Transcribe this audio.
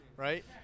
Right